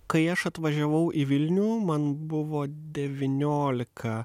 kai aš atvažiavau į vilnių man buvo devyniolika